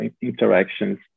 interactions